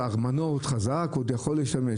המנוע עוד חזק, הוא עוד יכול לשמש.